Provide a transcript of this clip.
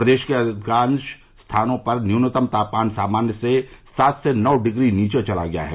प्रदेश के अधिकांश स्थानों पर न्यूनतम तापमान सामान्य से सात से नौ डिग्री नीचे चला गया है